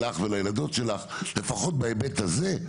לך ולילדות שלך לפחות בהיבט הזה,